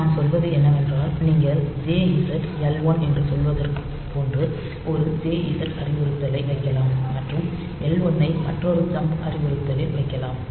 நான் சொல்வது என்னவென்றால் நீங்கள் JZ L1 என்று சொல்வது போன்ற ஒரு JZ அறிவுறுத்தலை வைக்கலாம் மற்றும் L1 ஐ மற்றொரு ஜம்ப் அறிவுறுத்தலில் வைக்கலாம்